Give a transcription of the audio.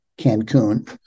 Cancun